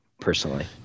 personally